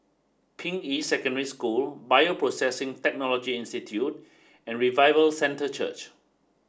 Ping Yi Secondary School Bioprocessing Technology Institute and Revival Centre Church